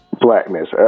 blackness